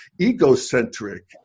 egocentric